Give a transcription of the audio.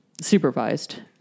supervised